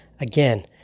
Again